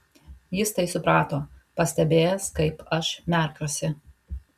jis tai suprato pastebėjęs kaip aš merkiuosi